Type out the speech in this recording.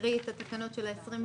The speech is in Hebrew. תקראי את התקנות של ה-20%.